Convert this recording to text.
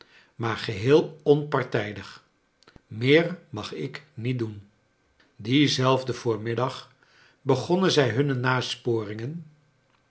maar geheel onpartijdig meer mag ik niet doen dien zelf den voormiddag begonnen zij hunne